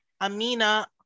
Amina